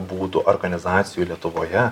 būdų organizacijų lietuvoje